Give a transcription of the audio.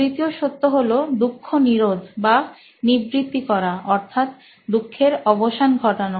তৃতীয় সত্য হলো দুঃখ নিরোধ বা নিবৃত্তি করা অর্থাৎ দুঃখের অবসান ঘটানো